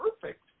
perfect